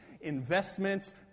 investments